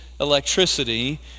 electricity